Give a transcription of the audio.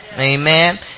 Amen